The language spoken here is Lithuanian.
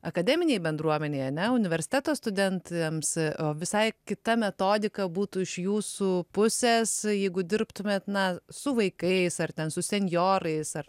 akademinėj bendruomenėj ane universiteto studentams o visai kita metodika būtų iš jūsų pusės jeigu dirbtumėt na su vaikais ar ten su senjorais ar